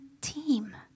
team